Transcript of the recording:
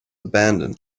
abandoned